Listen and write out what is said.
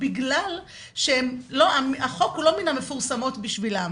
בגלל שהחוק הוא לא מן המפורסמות בשבילם.